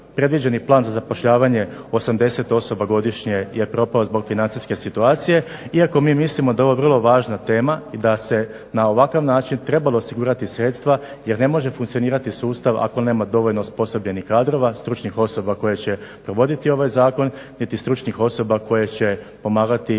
Predviđeni plan za zapošljavanje 80 osoba godišnje je propao zbog financijske situacije iako mi mislimo da je ovo vrlo važna tema i da se na ovakav način trebalo osigurati sredstva jer ne može funkcionirati sustav ako nema dovoljno osposobljenih kadrova, stručnih osoba koje će provoditi ovaj zakon niti stručnih osoba koje će pomagati